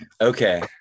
Okay